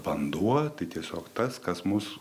vanduo tai tiesiog tas kas mus